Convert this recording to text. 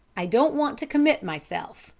i don't want to commit myself,